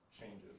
changes